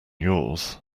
yours